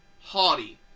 haughty